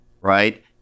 right